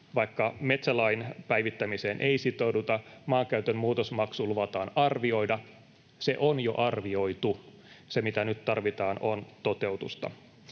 Vaikka metsälain päivittämiseen ei sitouduta, maankäytön muutosmaksu luvataan arvioida. Se on jo arvioitu. Se, mitä nyt tarvitaan, on toteutusta.